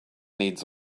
needs